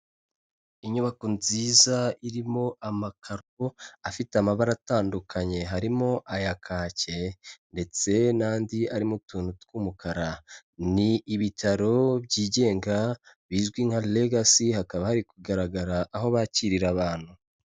Inyubako nziza irimo amakaro afite amabara atandukanye, harimo aya kake ndetse n'andi arimo utuntu tw'umukara, ni ibitaro byigenga bizwi nka Legacy, hakaba hari kugaragara aho bakirira abantu.